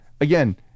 again